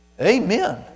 Amen